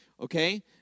Okay